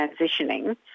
transitioning